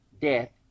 death